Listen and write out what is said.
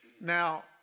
Now